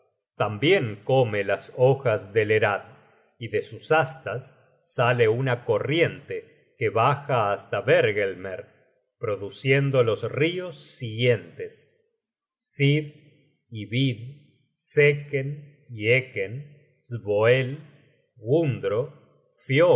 tambien come las hojas de lerad y de sus astas sale una corriente que baja hasta hvergelmer produciendo los rios siguientes sid y vid seken